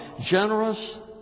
Generous